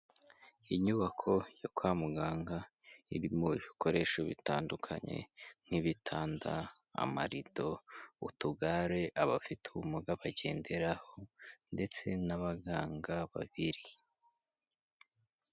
Inyubako yo kwa muganga irimo ibikoresho bitandukanye nk'ibitanda, amarido, utugare abafite ubumuga bagenderaho, ndetse n'abaganga babiri.